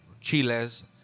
Chiles